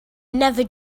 never